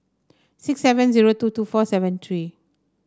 six seven zero two two four seven three